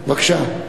בבקשה.